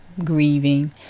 Grieving